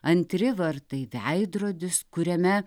antri vartai veidrodis kuriame